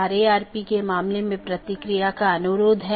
16 bit से 216 संख्या संभव है जो कि एक बहुत बड़ी संख्या है